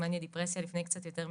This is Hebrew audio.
מאניה דיפרסיה לפני קצת יותר משנתיים.